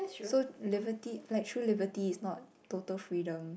so liberty like true liberty is not total freedom